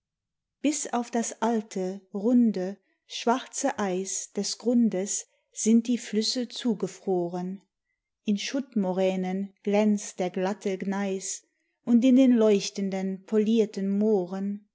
bis auf das alte runde schwarze eis des grundes sind die flüsse zugefroren in schuttmoränen glänzt der glatte gneis und in den leuchtenden polierten mooren